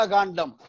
Gandam